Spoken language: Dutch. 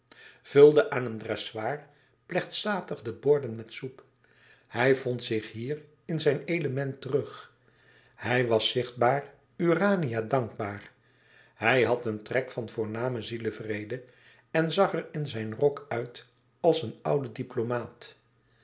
vulde aan een dressoir plechtstatig de borden met soep hij vond zich hier in zijn element terug hij was zichtbaar urania dankbaar hij had een trek van voornamen zielevrede en zag er in zijn rok uit als een oude diplomaat